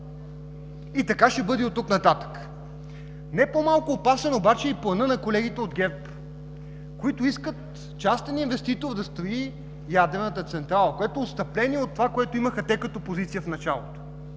Така ще бъде и оттук нататък. Не по-малко опасен обаче е и планът на колегите от ГЕРБ, които искат частен инвеститор да строи ядрената централа, което е отстъпление от онова, което имаха като позиция в началото.